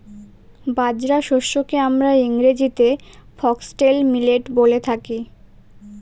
বাজরা শস্যকে আমরা ইংরেজিতে ফক্সটেল মিলেট বলে থাকি